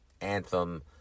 Anthem